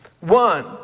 One